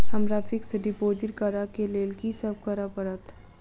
हमरा fixed deposit करऽ केँ लेल की सब करऽ पड़त?